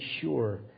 sure